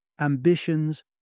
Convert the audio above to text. ambitions